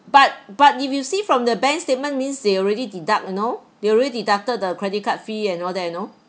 but but if you see from the bank statement means they already deduct you know they already deducted the credit card fee and all that you know